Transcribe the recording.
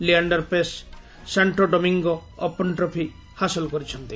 Leander Paes Santo Domingo open trophy ହାସଲ କରିଛନ୍ତି